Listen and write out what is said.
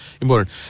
important